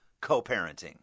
co-parenting